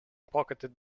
pocketed